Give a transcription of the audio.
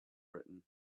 written